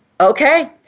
okay